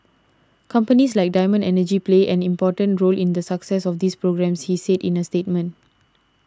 companies like Diamond Energy play an important role in the success of these programmes he said in a statement